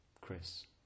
Chris